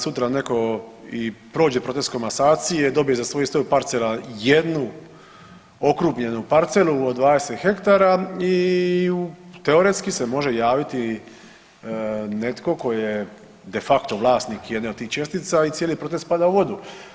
Sutra neko i prođe proces komasacije, dobije za svojih 100 parcela jednu okrupnjenu parcelu od 20 hektara i teoretski se može javiti netko tko je de facto vlasnik jedne od tih čestica i cijeli proces pada u vodu.